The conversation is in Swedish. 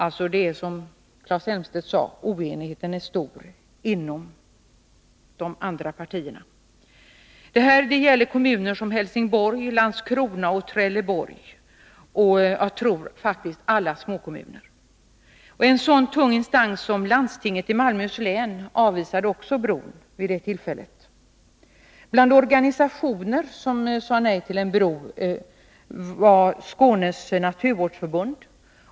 Det är som Claes Elmstedt sade: Oenigheten är stor inom de andra partierna. Kommuner som Helsingborg, Landskrona och Trelleborg och jag tror faktiskt alla småkommuner har sagt nej till en bro. En så tung instans som landstinget i Malmöhus län avvisade också vid det tillfället tanken på en bro. Bland de organisationer som sade nej till en bro var Skånes naturvårdsförbund.